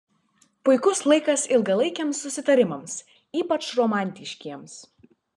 puikus laikas ilgalaikiams susitarimams ypač romantiškiems